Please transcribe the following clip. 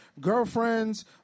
girlfriends